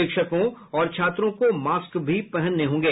शिक्षकों और छात्रों को मॉस्क भी पहनने होंगे